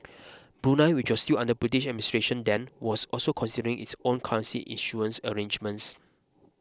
Brunei which was still under British administration then was also considering its own currency issuance arrangements